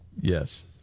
Yes